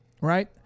right